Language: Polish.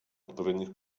odpowiednich